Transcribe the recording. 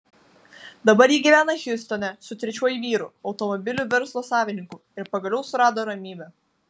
dabar ji gyvena hjustone su trečiuoju vyru automobilių verslo savininku ir pagaliau surado ramybę